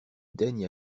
daigne